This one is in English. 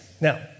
Now